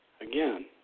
Again